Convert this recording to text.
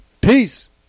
Peace